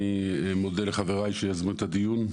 אני מודה לחבריי שיזמו את הדיון,